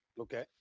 okay